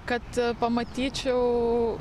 kad pamatyčiau